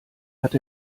hat